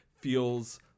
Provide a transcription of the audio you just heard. feels